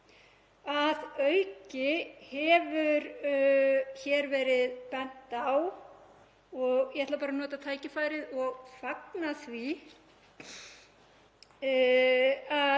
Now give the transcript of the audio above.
Að auki hefur hér verið bent á og ég ætla bara að nota tækifærið og fagna því að